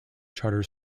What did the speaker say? charter